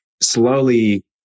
slowly